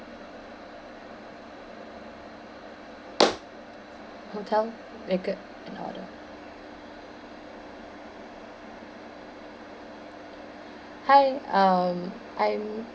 hotel make a an order hi um I'm